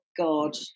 God